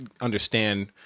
understand